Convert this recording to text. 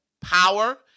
power